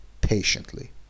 patiently